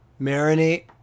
marinate